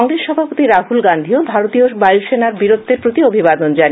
কংগ্রেস সভাপতি রাহুল গান্ধীও ভারতীয় বায়ু সেনার বীরত্বের প্রতি অভিবাদন জানিয়েছেন